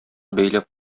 бәйләп